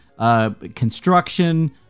Construction